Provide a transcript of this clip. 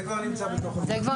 זה כבר נמצא במכרז.